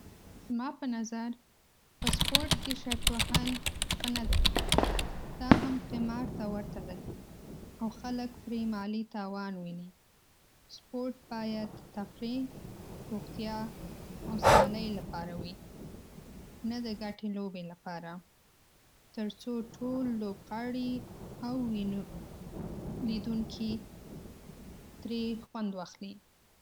زما په نظر په سپورټ کې شرط وهل ښه نه دی. دا هم قمار ته ورته دی او خلک پرې مالي تاوان ویني. سپورټ باید د تفریح، روغتیا او سیالۍ لپاره وي، نه د ګټي لوبې لپاره تر څو ټول لوبغاړي او وینو لیدونکي ترې خوند واخلي.